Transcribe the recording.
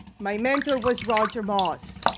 my mentor was roger moss.